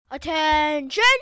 Attention